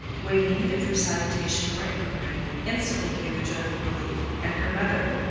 waiting neither for salutation nor inquiry, instantly gave the joyful relief and her mother,